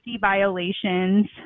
violations